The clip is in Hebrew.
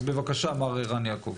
אז בבקשה מר ערן יעקב.